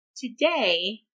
today